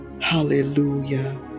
hallelujah